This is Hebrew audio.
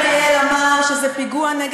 (חבר הכנסת אורן אסף חזן יוצא מאולם המליאה.)